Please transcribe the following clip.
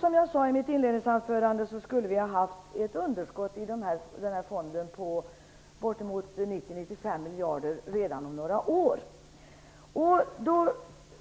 Som jag sade i mitt inledningsanförande skulle vi haft ett underskott i fonden på bortemot 95 miljarder redan om några år.